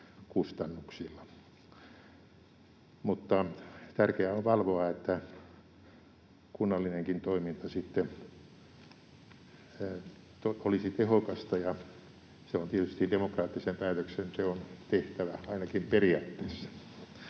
tärkeää on valvoa, että kunnallinenkin toiminta sitten olisi tehokasta, ja se on tietysti demokraattisen päätöksenteon tehtävä, ainakin periaatteessa.